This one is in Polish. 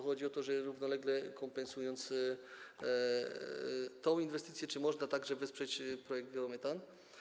Chodzi o to, czy równolegle kompensując tę inwestycję, można także wesprzeć projekt „Geo-Metan”